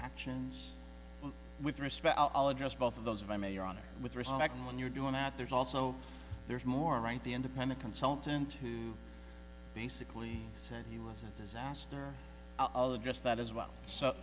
actions with respect i'll address both of those if i may your honor with respect when you're doing that there's also there's more right the independent consultant who basically said he was a disaster i'll address that as well so